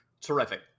Terrific